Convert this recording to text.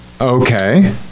Okay